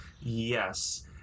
Yes